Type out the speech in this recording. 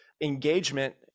engagement